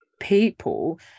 people